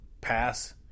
pass